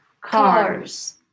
Cars